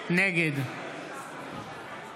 נגד